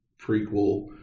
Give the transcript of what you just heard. prequel